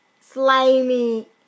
slimy